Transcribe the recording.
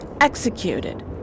executed